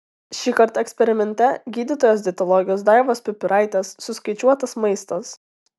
šįkart eksperimente gydytojos dietologės daivos pipiraitės suskaičiuotas maistas